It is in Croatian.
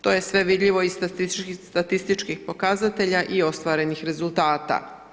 To je sve vidljivo iz statističkih pokazatelja i ostvarenih rezultata.